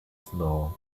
snow